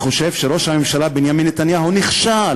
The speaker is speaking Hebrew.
וחושב שראש הממשלה בנימין נתניהו נכשל